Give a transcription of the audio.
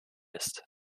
ist